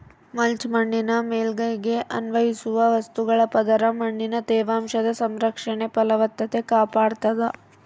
mulch ಮಣ್ಣಿನ ಮೇಲ್ಮೈಗೆ ಅನ್ವಯಿಸುವ ವಸ್ತುಗಳ ಪದರ ಮಣ್ಣಿನ ತೇವಾಂಶದ ಸಂರಕ್ಷಣೆ ಫಲವತ್ತತೆ ಕಾಪಾಡ್ತಾದ